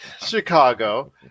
Chicago